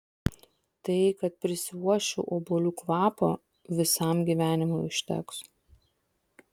tai kad prisiuosčiau obuolių kvapo visam gyvenimui užteks